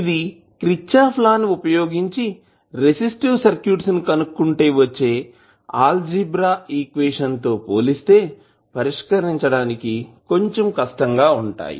ఇది Kirchhoff law ను వుపయోగించి రెసిస్టివ్ సర్క్యూట్స్ ని కనుక్కుంటే వచ్చే ఆల్జీబ్రా ఈక్వేషన్ తో పోలిస్తే పరిష్కరించడానికి కొంచెం కష్టం గా ఉంటాయి